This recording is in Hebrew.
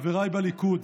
חבריי בליכוד,